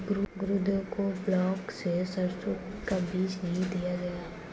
गुरुदेव को ब्लॉक से सरसों का बीज नहीं दिया गया